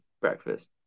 breakfast